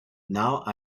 now